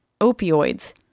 opioids